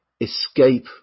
escape